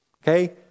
Okay